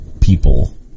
people